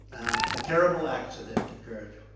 a terrible accident occurred.